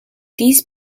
these